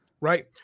right